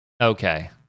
Okay